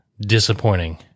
disappointing